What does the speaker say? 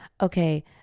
Okay